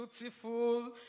beautiful